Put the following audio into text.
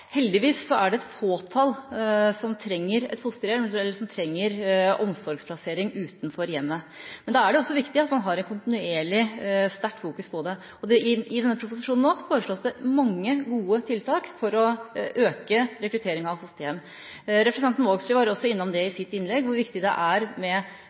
Heldigvis er det et fåtall som trenger omsorgsplassering utenfor hjemmet. Men det er viktig at man har en kontinuerlig, sterk fokusering på det. I denne proposisjonen foreslås det mange gode tiltak for å øke rekrutteringa av fosterhjem. Representanten Vågslid var i sitt innlegg også innom hvor viktig det er med